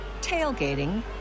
tailgating